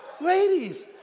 ladies